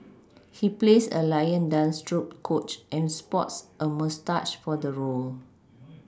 he plays a Lion dance troupe coach and sports a moustache for the role